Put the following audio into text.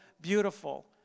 beautiful